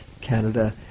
Canada